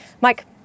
Mike